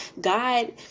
God